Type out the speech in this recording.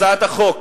הצעת החוק